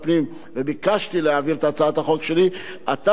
אתה נתת את ידך לכך שנעביר את זה בקריאה טרומית.